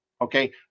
Okay